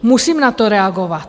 Musím na to reagovat.